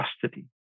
custody